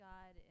God